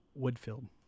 Woodfield